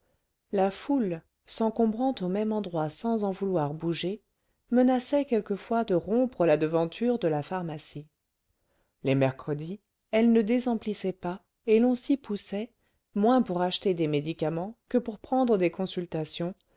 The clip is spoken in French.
la foule s'encombrant au même endroit sans en vouloir bouger menaçait quelquefois de rompre la devanture de la pharmacie les mercredis elle ne désemplissait pas et l'on s'y poussait moins pour acheter des médicaments que pour prendre des consultations